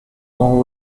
all